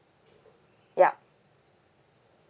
yup